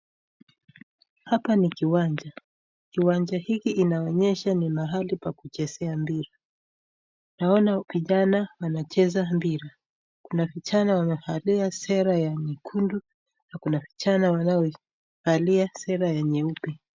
Hapa Ni kiwanja, Kiwanja hiki inaonyesha ni mahali pakuchezea mpira, Naona vijana wanacheza mpira. Na vijana wamevalia sera ya nyekundu Na Kuna vijana wamevalia sera ya nyeupe.